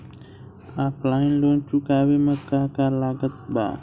Offline loan चुकावे म का का लागत बा?